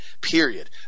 period